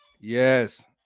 yes